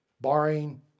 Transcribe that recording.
barring